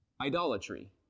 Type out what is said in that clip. idolatry